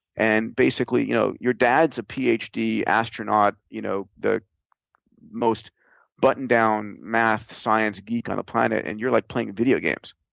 and basically you know your dad's a ph d. astronaut, you know the most button-down math, science geek on the planet and you're like playing video games.